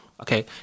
Okay